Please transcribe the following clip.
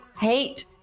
hate